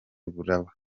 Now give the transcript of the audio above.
buraba